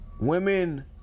women